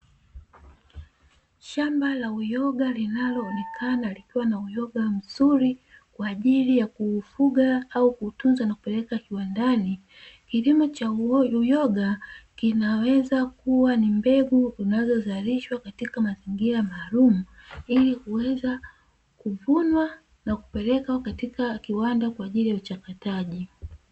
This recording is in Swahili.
Shamba la uyoga linaloonekana likiwa na uyoga mzuri kwa ajili ya kuufuga au kutunza na kupeleka kiwandani. Kilimo cha uyoga, kinaweza kuwa ni mbegu unazozalishwa katika mazingira maalumu ili kuweza kuvunwa na kupeleka katika kiwanda kwa ajili ya uchakataji.